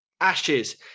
ashes